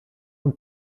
und